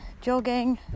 jogging